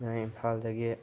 ꯃꯌꯥꯡ ꯏꯝꯐꯥꯜꯗꯒꯤ